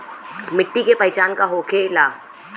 मिट्टी के पहचान का होखे ला?